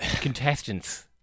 contestants